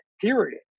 Period